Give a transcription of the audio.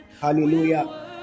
Hallelujah